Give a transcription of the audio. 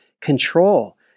control